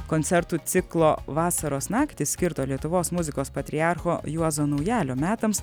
koncertų ciklo vasaros naktys skirto lietuvos muzikos patriarcho juozo naujalio metams